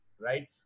Right